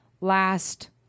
last